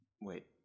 wait